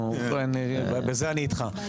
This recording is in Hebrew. בזה אני איתך.